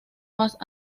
más